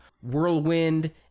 Whirlwind